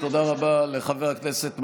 תודה רבה לחבר הכנסת מלכיאלי.